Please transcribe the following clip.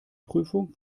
prüfung